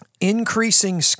increasing